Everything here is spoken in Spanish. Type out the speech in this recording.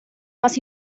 más